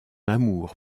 amour